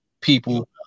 people